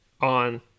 on